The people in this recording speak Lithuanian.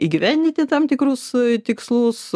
įgyvendinti tam tikrus tikslus